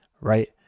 right